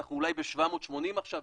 אנחנו אולי ב-780, יותר.